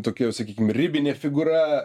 tokia jau sakykim ribinė figūra